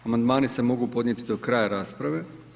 Amandmani se mogu podnositi do kraja rasprave.